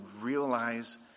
realize